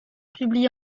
publiés